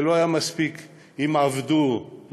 זה לא היה מספיק אם עבדו בחוץ-לארץ